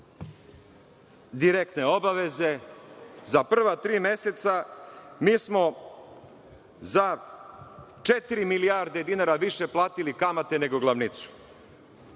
direktne obaveze za prva tri meseca, mi smo za četiri milijarde dinara više platili kamate nego glavnicu. Vrlo